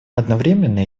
одновременно